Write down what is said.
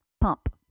pump